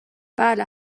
بله